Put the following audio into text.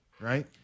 right